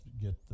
Get